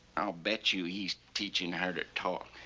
i'll bet you he's teaching her to talk.